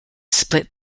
split